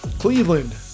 Cleveland